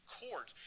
court